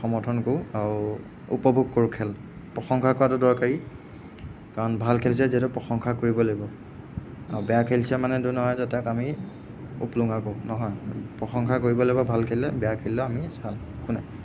সমৰ্থন কৰোঁ আৰু উপভোগ কৰোঁ খেল প্ৰশংসা কৰাতো দৰকাৰী কাৰণ ভাল খেলিছে যিহেতু প্ৰশংসা কৰিবই লাগিব আৰু বেয়া খেলিছে মানে এইটো নহয় যে তেওঁক আমি উপলুঙা কৰোঁ নহয় প্ৰশংসা কৰিবই লাগিব ভাল খেলিলে বেয়া খেলিলেও আমি চাম